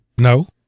no